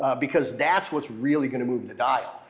because that's what's really gonna move the dial.